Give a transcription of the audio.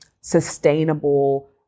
sustainable